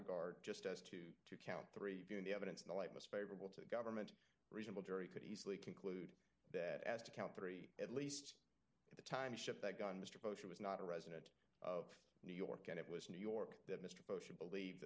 regard just as to count three viewing the evidence in the light most favorable to the government reasonable jury could easily be that as to count three at least at the time ship that gun mr bowser was not a resident of new york and it was new york that mr potion believe